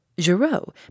Giraud